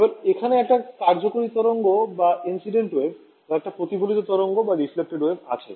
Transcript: এবার এখানে একটা কার্যকরী তরঙ্গ ও একটা প্রতিফলিত তরঙ্গ আছে